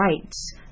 rights